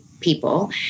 people